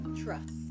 trust